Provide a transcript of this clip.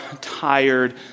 tired